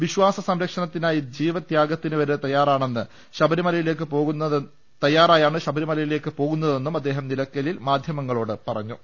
വിശ്വാസ സംരക്ഷണത്തി നായി ജീവത്യാഗത്തിന് വരെ തയാറായാണ് ശബരിമലയിലേക്ക് പോകുന്നതെ ന്നും അദ്ദേഹം നിലയ്ക്കലിൽ മാധ്യമങ്ങളോട് പറഞ്ഞു